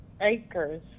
acres